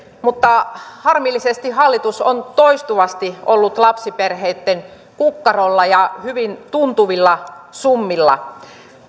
mutta harmillisesti hallitus on toistuvasti ollut lapsiperheitten kukkarolla ja hyvin tuntuvilla summilla